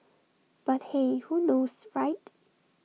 but hey who knows right